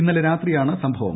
ഇന്നലെ രാത്രിയാണ് സംഭവം